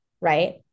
right